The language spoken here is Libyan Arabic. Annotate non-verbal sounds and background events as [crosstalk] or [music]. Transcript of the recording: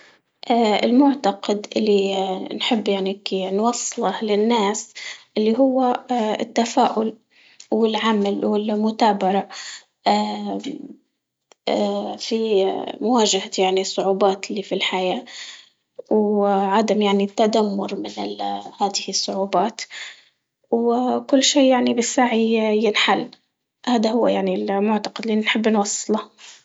[hesitation] المعتقد اللي نحب يعني هيكي نوصله للناس اللي هو [hesitation] التفاؤل والعمل والمتابرة، [hesitation] في مواجهة يعني الصعوبات اللي في الحياة، وعدم يعني التدمر من ال- هده الصعوبات، وكل شي يعني بالسعي ينحل هدا هو يعني المعتقد اللي نحب نوصله.